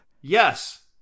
Yes